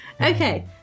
Okay